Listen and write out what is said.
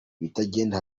ibitagenda